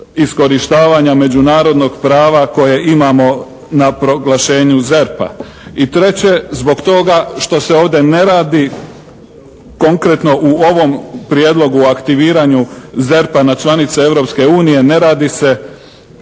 iskorištavanja međunarodnog prava na proglašenju ZERP-a. I treće, zbog toga što se ovdje ne radi konkretno u ovom prijedlogu o aktiviranju ZERP-a na članice Europske